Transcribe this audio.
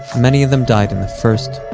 many of them died in the first,